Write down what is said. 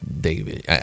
David